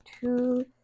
two